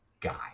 guy